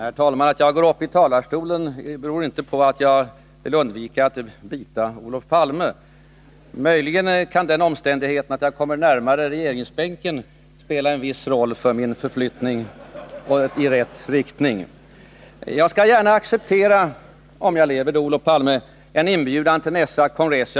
Herr talman! Att jag går upp i talarstolen beror inte på att jag vill undvika att bita Olof Palme. Möjligen kan den omständigheten att jag kommer närmare regeringsbänken spela en viss roll för min förflyttning i rätt riktning. Jag skall gärna acceptera — om jag lever då, Olof Palme — en inbjudan till er nästa kongress.